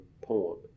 poem